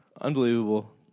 Unbelievable